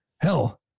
Hell